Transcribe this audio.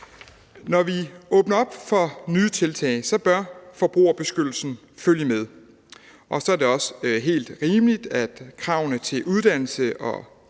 Når vi åbner for nye tiltag, bør forbrugerbeskyttelsen følge med, og så er det også helt rimeligt, at kravene til uddannelse,